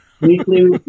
weekly